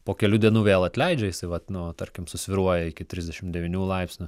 po kelių dienų vėl atleidžia jisai vat nu tarkim susvyruoja iki trisdešim devynių laipsnių